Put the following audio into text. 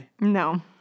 No